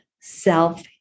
self